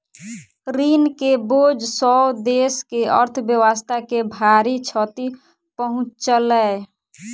ऋण के बोझ सॅ देस के अर्थव्यवस्था के भारी क्षति पहुँचलै